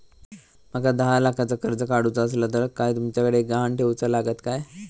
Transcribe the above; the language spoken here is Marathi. माका दहा लाखाचा कर्ज काढूचा असला तर काय तुमच्याकडे ग्हाण ठेवूचा लागात काय?